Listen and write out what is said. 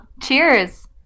Cheers